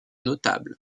notable